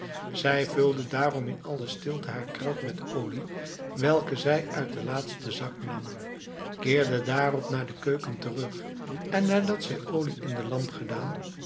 zij vulde daarom in alle stilte haar kruik met olie welke zij uit den laatsten zak nam keerde daarop naar de keuken terug en nadat zij olie in de lamp gedaan